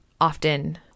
often